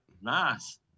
nice